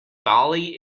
bali